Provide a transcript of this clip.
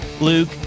Luke